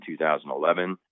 2011